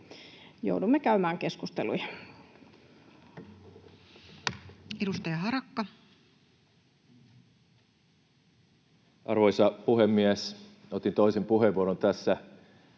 joudumme käymään keskusteluja. Edustaja Harakka. Arvoisa puhemies! Otin toisen puheenvuoron tässä